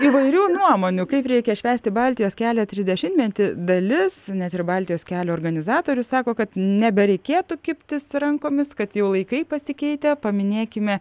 įvairių nuomonių kaip reikia švęsti baltijos kelio trisdešimtmetį dalis net ir baltijos kelio organizatorių sako kad nebereikėtų kibtis rankomis kad jau laikai pasikeitę paminėkime